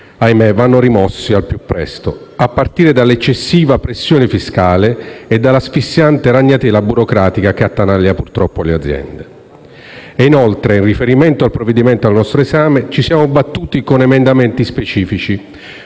ahimè - vanno rimossi al più presto, a partire dall'eccessiva pressione fiscale e dall'asfissiante ragnatela burocratica che attanaglia purtroppo le aziende. Inoltre, in riferimento al provvedimento al nostro esame, ci siamo battuti con emendamenti specifici